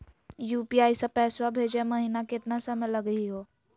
UPI स पैसवा भेजै महिना केतना समय लगही हो?